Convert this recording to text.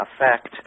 effect